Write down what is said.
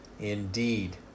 indeed